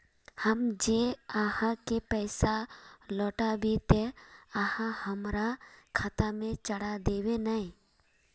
हम जे आहाँ के पैसा लौटैबे ते आहाँ हमरा खाता में चढ़ा देबे नय?